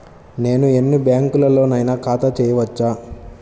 నేను ఎన్ని బ్యాంకులలోనైనా ఖాతా చేయవచ్చా?